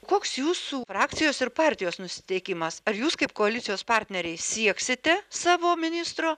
koks jūsų frakcijos ir partijos nusiteikimas ar jūs kaip koalicijos partneriai sieksite savo ministro